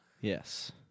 Yes